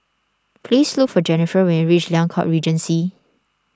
please look for Jennifer when you reach Liang Court Regency